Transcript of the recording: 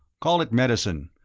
call it medicine,